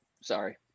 Sorry